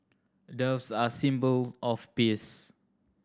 doves are symbol of peace